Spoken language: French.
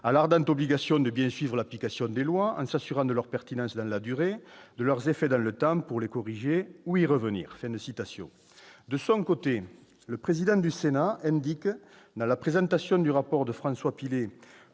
« l'ardente obligation de bien suivre l'application des lois en s'assurant de leur pertinence dans la durée, de leurs effets dans le temps pour les corriger ou y revenir ». De son côté, le président du Sénat indique dans la présentation du rapport de François Pillet